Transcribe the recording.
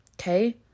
okay